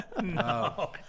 No